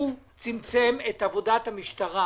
הוא צמצם את עבודת המשטרה,